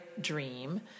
dream